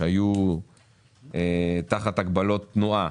והיו תחת הגבלות תנועה.